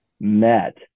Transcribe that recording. met